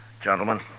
gentlemen